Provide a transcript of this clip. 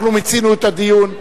אנחנו מיצינו את הדיון.